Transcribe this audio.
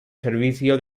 servicio